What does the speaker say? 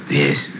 yes